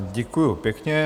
Děkuju pěkně.